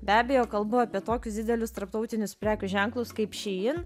be abejo kalbu apie tokius didelius tarptautinius prekių ženklus kaip šyin